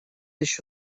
еще